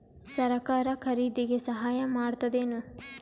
ಸರಕಾರ ಖರೀದಿಗೆ ಸಹಾಯ ಮಾಡ್ತದೇನು?